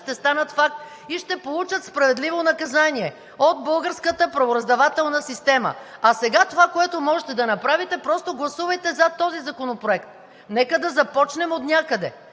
ще станат факт и ще получат справедливо наказание от българската правораздавателна система. А сега това, което можете да направите просто гласувайте за този законопроект. Нека да започнем отнякъде,